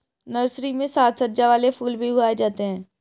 nursery में साज सज्जा वाले फूल भी उगाए जाते हैं